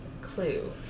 clue